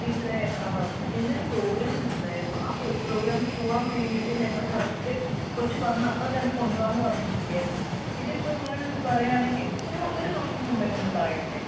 ടീച്ചറേ ഇന്നൊരു പ്രോഗ്രാം ഉണ്ടായിരുന്നു ആ പ്രോഗ്രാമിന് പോവാൻ വേണ്ടിയിട്ട് ഞങ്ങൾ കറക്റ്റ് കൊച്ച് വന്നാൽ അപ്പം തന്നെ കൊണ്ടുപോവാമെന്ന് പറഞ്ഞിട്ട് ഇരിക്കുകയായിരുന്നു ഇതിപ്പോൾ ഇങ്ങനെ വിളിച്ച് പറയുകയാണെങ്കിൽ ഒരു ഒരു ദിവസം മുമ്പെങ്കിലും ഇത് പറയേണ്ടേ